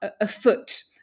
afoot